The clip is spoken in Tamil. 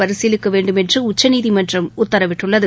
பரிசீலிக்க வேண்டுமென்று உச்சநீதிமன்றம் உத்தரவிட்டுள்ளது